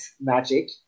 magic